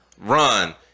Run